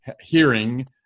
hearing